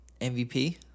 MVP